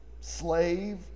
slave